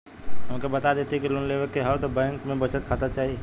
हमके बता देती की लोन लेवे के हव त बैंक में बचत खाता चाही?